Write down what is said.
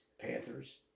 Panthers